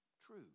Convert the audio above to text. true